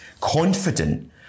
confident